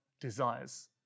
desires